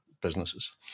businesses